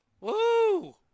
Woo